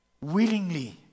Willingly